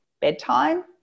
bedtime